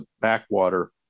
backwater